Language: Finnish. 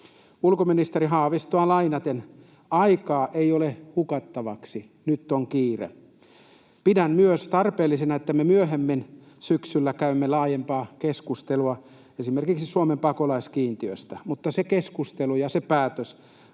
Ulkoministeri Haavistoa lainaten: Aikaa ei ole hukattavaksi. Nyt on kiire. Pidän myös tarpeellisena, että me myöhemmin syksyllä käymme laajempaa keskustelua esimerkiksi Suomen pakolaiskiintiöstä, mutta se keskustelu ja se päätös